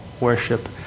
worship